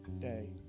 day